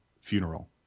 funeral